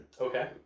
Okay